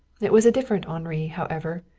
it was a different henri, however,